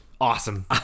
Awesome